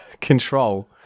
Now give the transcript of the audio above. control